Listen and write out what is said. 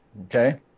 Okay